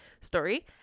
story